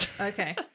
Okay